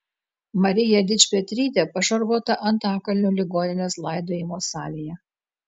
marija dičpetrytė pašarvota antakalnio ligoninės laidojimo salėje